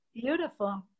Beautiful